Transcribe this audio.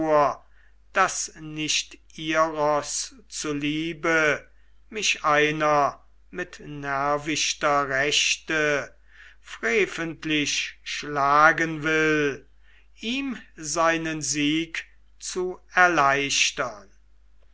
daß nicht iros zuliebe mich einer mit nervichter rechter freventlich schlagen will ihm seinen sieg zu erleichtern